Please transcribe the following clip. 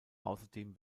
außerdem